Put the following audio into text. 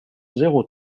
zéro